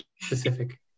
specific